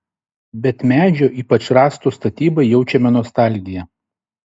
bet medžio ypač rąstų statybai jaučiame nostalgiją